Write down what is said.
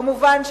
כמובן,